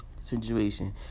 situation